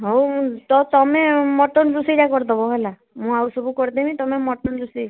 ହେଉ ମୁଁ ତ ତୁମେ ମଟନ୍ ରୋଷେଇଟା କରିଦେବ ହେଲା ମୁଁ ଆଉ ସବୁ କରିଦେମି ତୁମେ ମଟନ୍ ରୋଷେଇ